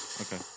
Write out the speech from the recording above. Okay